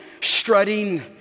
strutting